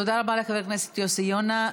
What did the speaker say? תודה רבה לחבר הכנסת יוסי יונה.